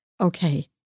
okay